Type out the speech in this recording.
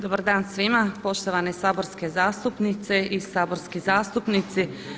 Dobar dan svima, poštovane saborske zastupnice i saborski zastupnici.